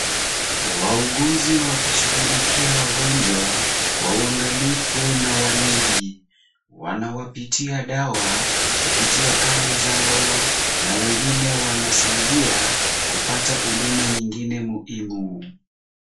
Wauguzi wakishughulikia wagonjwa kwa uangalifu na waledi. Wanawapitia dawa kupitia hali zao na wengine wanasaidia kupata huduma nyingine muhimu.